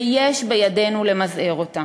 ובידינו למזער אותה.